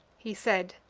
he said,